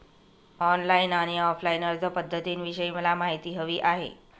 online आणि offline अर्जपध्दतींविषयी मला माहिती हवी आहे